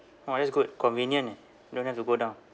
orh that's good convenient eh don't have to go down